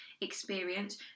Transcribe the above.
experience